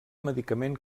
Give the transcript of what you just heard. medicament